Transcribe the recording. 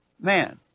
Man